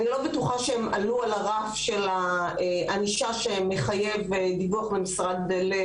אני לא בטוחה שהם עלו על רף הענישה שמחייב דיווח לפרקליטות.